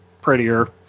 prettier